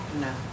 No